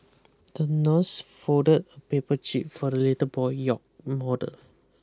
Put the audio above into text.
the nurse folded a paper jib for the little boy yacht model